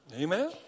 Amen